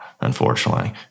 unfortunately